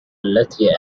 التي